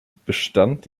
bestand